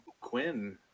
Quinn